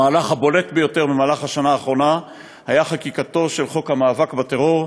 המהלך הבולט ביותר בשנה האחרונה היה חקיקתו של חוק המאבק בטרור,